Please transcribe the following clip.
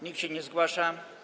Nikt się nie zgłasza.